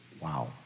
Wow